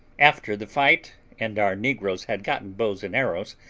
after the fight, and our negroes had gotten bows and arrows,